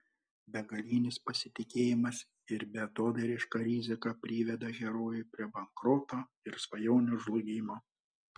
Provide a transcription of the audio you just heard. begalinis pasitikėjimas ir beatodairiška rizika priveda herojų prie bankroto ir svajonių žlugimo